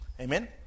Amen